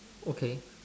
okay